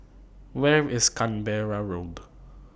Where IS Canberra Road